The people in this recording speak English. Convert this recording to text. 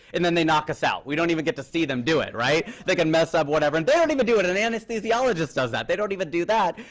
and then they knock us out. we don't even get to see them do it, right? they can mess up, whatever. and they don't even do it. an anesthesiologist does that. they don't even do that.